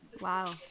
Wow